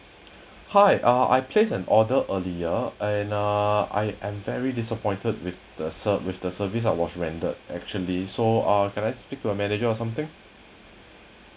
hi uh I placed an order earlier and uh I am very disappointed with the serve with the service I was rendered actually so uh can I speak to a manager or something